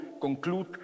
conclude